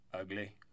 ugly